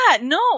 no